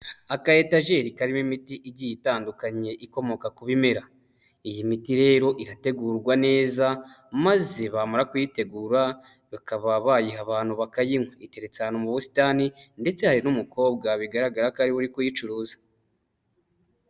Akayihitageri karimo imiti igiye itandukanye ikomoka ku bimera. Iyi miti rero irategurwa neza, maze bamara kuyitegura bakaba bayiha abantu bakayinywa. Iteretse ahantu mu busitani ndetse hari n'umukobwa bigaragara ko ariwe uri kuyicuruza.